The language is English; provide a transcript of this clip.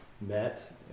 met